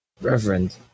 Reverend